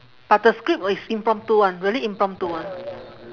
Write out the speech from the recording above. but the script is impromptu [one] really impromptu [one]